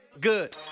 good